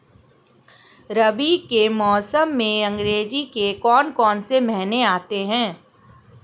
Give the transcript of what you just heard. रबी के मौसम में अंग्रेज़ी के कौन कौनसे महीने आते हैं?